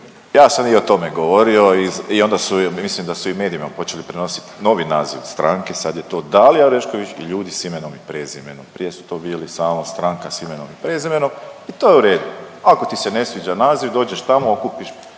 Ja sam i o tome govorio i onda su, ja mislim su i u medijima počeli prenositi novi naziv stranke, sad je to Dalija Orešković i ljudi s imenom i prezimenom, prije su to bili samo Stranka s imenom i prezimenom i to je u redu. Ako ti se ne sviđa naziv, dođeš tamo, okupiš